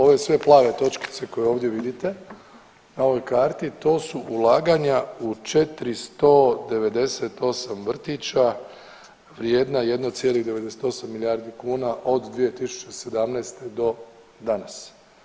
Ove sve plave točkice koje ovdje vidite na ovoj karti to su ulaganja u 498 vrtića vrijedna 1,98 milijardi kuna od 2017. do danas.